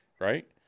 right